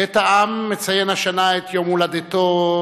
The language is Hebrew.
בית העם מציין השנה את יום הולדתו,